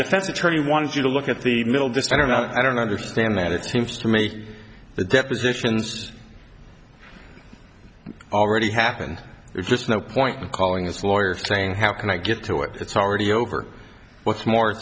defense attorney wanted you to look at the middle distance and i don't understand that it seems to me the depositions already happened there's just no point in calling his lawyer saying how can i get to it it's already over what's more